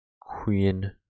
queen